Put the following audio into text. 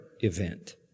event